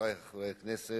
חברי חברי הכנסת,